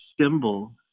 symbol